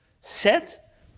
set